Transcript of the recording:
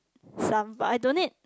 some but I donate